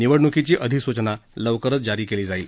निवडणूकीची अधिसूचना लवकरच जारी केली जाईल